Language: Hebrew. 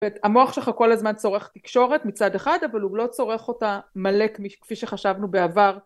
המוח שלך כל הזמן צורך תקשורת מצד אחד אבל הוא לא צורך אותה מלא כפי שחשבנו בעבר